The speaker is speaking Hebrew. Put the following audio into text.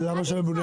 למה כחלופה?